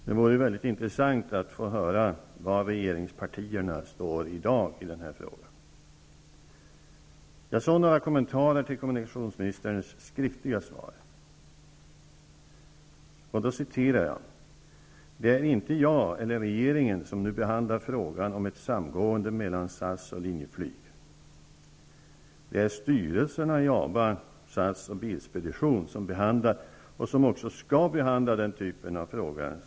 Det vore intressant att få höra var regeringspartierna står i dag i denna fråga. Så några kommentarer till kommunikationsministerns skriftliga svar, där han uttalar: ''Det är inte jag eller regeringen som nu behandlar frågan om ett samgående mellan SAS och Linjeflyg. Det är styrelserna i ABA, SAS och Bilspedition som behandlar och som också skall behandla den typen av fråga.''